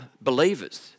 believers